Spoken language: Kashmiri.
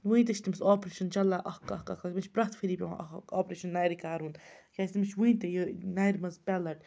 وٕنہِ تہِ چھِ تٔمِس آپریشَن چَلان اَکھ اکھ اکھ اکھ تٔمِس شھ پرٮ۪تھ ؤریہِ پٮ۪وان اَکھ آپریشَن نَرِ کَرُن کیٛازِ تٔمِس چھِ وٕنہِ تہِ یہِ نَرِ منٛز پیٚلَٹ